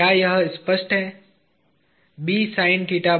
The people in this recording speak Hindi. क्या यह स्पष्ट है